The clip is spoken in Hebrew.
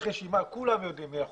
יש רשימה מאומתת